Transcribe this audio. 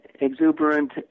exuberant